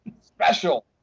special